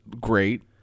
great